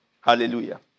Hallelujah